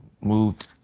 moved